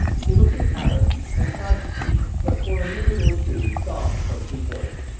he looked at alice, and tried to speak, but, for a minute or two, sobs choked his voice.